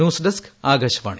news desk Akashvani